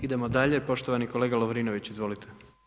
Idemo dalje, poštovani kolega Lovrinović, izvolite.